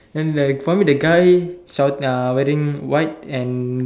then like for me the guy shout uh wearing white and